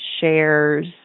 shares